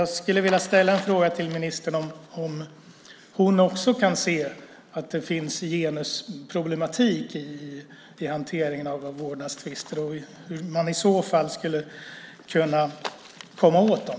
Jag skulle vilja ställa frågan till ministern om hon också kan se att det finns en genusproblematik i hanteringen av vårdnadstvister och hur man i så fall skulle kunna komma åt den.